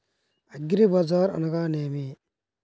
అగ్రిబజార్ అనగా నేమి?